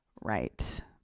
Right